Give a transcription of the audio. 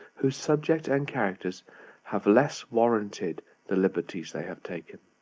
whose subjects and characters have less warranted the liberties they have taken.